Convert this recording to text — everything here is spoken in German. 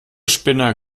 spinner